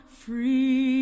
free